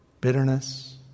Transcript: Bitterness